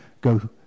go